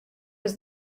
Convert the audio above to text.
does